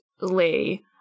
Lee